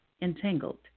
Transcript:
Entangled